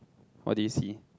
what do you see